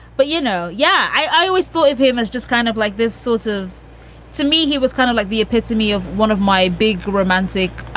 but, you know, yeah, i always thought of him as just kind of like this sort of to me, he was kind of like the epitome of one of my big romantic.